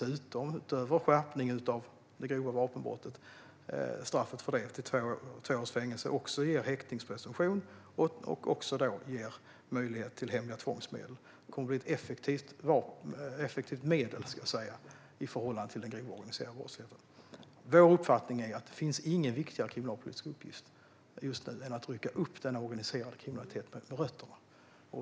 Utöver skärpningen av straffet för grovt vapenbrott till två års fängelse ger brottet också häktningspresumtion och möjlighet till hemliga tvångsmedel. Detta kommer att bli ett effektivt medel i förhållande till den grova organiserade brottsligheten. Vår uppfattning är att det inte finns någon viktigare kriminalpolitisk uppgift just nu än att rycka upp den organiserade kriminaliteten med rötterna.